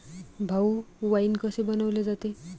भाऊ, वाइन कसे बनवले जाते?